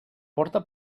porta